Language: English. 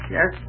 Yes